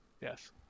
Yes